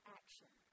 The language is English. action